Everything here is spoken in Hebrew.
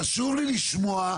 חשוב לי לשמוע,